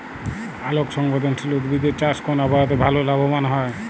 আলোক সংবেদশীল উদ্ভিদ এর চাষ কোন আবহাওয়াতে ভাল লাভবান হয়?